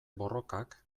borrokak